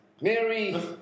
Mary